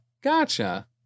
Gotcha